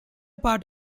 part